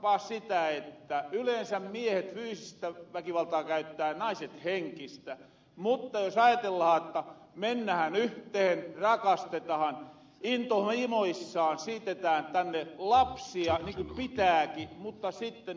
ajatellaahanpa sitä että yleensä miehet fyysistä väkivaltaa käyttää ja naiset henkistä mutta jos ajatellahan jotta mennähän yhtehen rakastetahan intohimoissaan siitetään tänne lapsia niin ku pitääki mutta sitten niin ku ed